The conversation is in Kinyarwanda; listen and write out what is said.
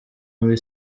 muri